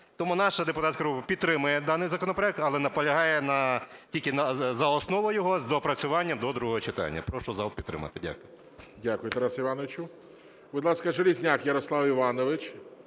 Тому наша депутатська група підтримує даний законопроект, але наполягає тільки за основу його з доопрацюванням до другого читання. Прошу зал підтримати. Дякую. ГОЛОВУЮЧИЙ. Дякую, Тарасе Івановичу. Будь ласка, Железняк Ярослав Іванович.